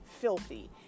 filthy